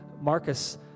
Marcus